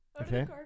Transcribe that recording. Okay